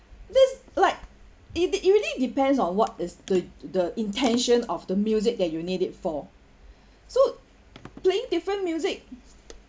that's like you did it really depends on what is the the intention of the music that you need it for so playing different music